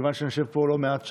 מכיוון שאני יושב פה לא מעט שעות,